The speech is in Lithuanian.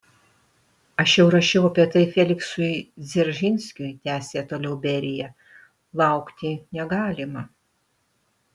aš jau rašiau apie tai feliksui dzeržinskiui tęsė toliau berija laukti negalima